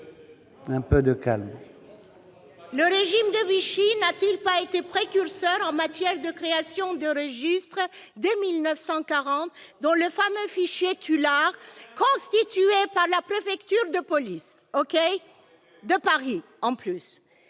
Le régime de Vichy n'a-t-il pas été précurseur en matière de création de registres dès 1940, avec, notamment, le fameux « fichier Tulard », constitué par la préfecture de police de Paris ? Nous